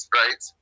right